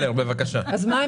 בבקשה.